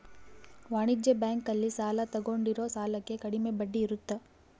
ವಾಣಿಜ್ಯ ಬ್ಯಾಂಕ್ ಅಲ್ಲಿ ಸಾಲ ತಗೊಂಡಿರೋ ಸಾಲಕ್ಕೆ ಕಡಮೆ ಬಡ್ಡಿ ಇರುತ್ತ